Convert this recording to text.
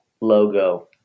logo